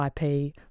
IP